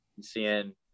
seeing